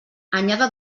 anyada